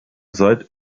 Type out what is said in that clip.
seit